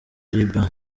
liban